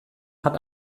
hat